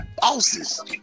bosses